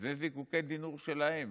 אלה זיקוקי דינור שלהם.